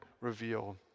reveal